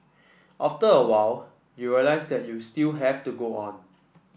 after a while you realise that you still have to go on